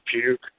puke